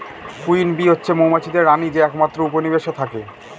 queen bee হচ্ছে মৌমাছিদের রানী যে একমাত্র উপনিবেশে থাকে